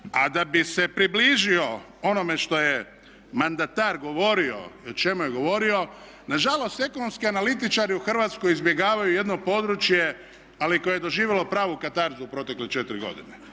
A da bi se približio onome što je mandatar govorio i o čemu je govorio nažalost ekonomski analitičari u Hrvatskoj izbjegavaju jedno područje ali i koje je doživjela pravu katarzu u protekle četiri godine,